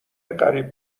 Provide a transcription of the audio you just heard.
قریب